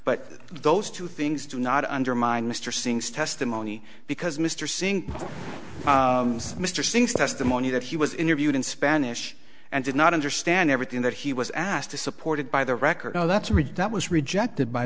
but those two things do not undermine mr singh's testimony because mr seeing mr singh's testimony that he was interviewed in spanish and did not understand everything that he was asked is supported by the record no that's redoubt was rejected by